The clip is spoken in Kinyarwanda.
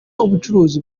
ubucuruzi